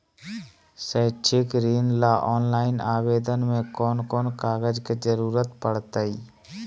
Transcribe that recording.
शैक्षिक ऋण ला ऑनलाइन आवेदन में कौन कौन कागज के ज़रूरत पड़तई?